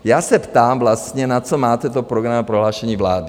Já se ptám vlastně, na co máte to programové prohlášení vlády.